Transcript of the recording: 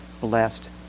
blessed